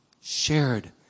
shared